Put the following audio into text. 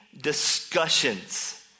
discussions